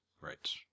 Right